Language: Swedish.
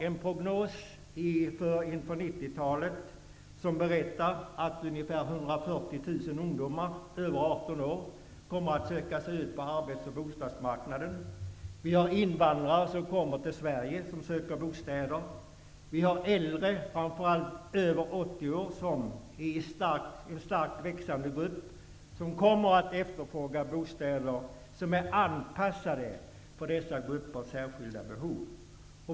En prognos för 90-talet berättar att ungefär 140 000 ungdomar över 18 år kommer att söka sig ut på arbets och bostadsmarknaden. Vidare kommer det invandrare till Sverige som söker bostäder, och de äldre, framför allt över 80 år, är en starkt växande grupp som kommer att efterfråga bostäder anpassade till deras särskilda behov.